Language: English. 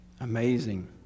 amazing